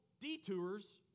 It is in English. detours